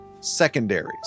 secondaries